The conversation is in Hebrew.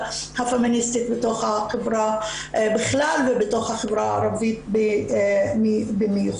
הפמיניסטית בתוך החברה בכלל ובתוך החברה הערבית במיוחד.